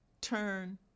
turn